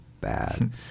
bad